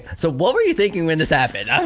so what were you thinking when this happened? ah,